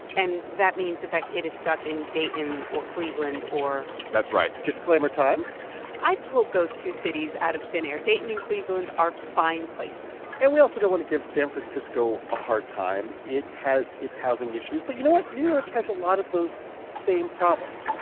and that means that that kid is stuck in dayton or cleveland or. that's right disclaimer time i pulled those two cities out of thin air. dayton and cleveland are fine places and we also don't want to give san francisco a hard time. it has its housing issues. but you know what? new york has a lot of those same problems.